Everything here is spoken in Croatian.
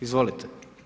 Izvolite.